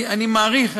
אני מעריך,